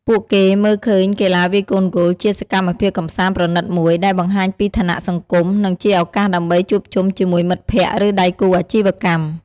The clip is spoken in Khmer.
ពួកគេមើលឃើញកីឡាវាយកូនហ្គោលជាសកម្មភាពកម្សាន្តប្រណីតមួយ ដែលបង្ហាញពីឋានៈសង្គម និងជាឱកាសដើម្បីជួបជុំជាមួយមិត្តភក្ដិ ឬដៃគូអាជីវកម្ម។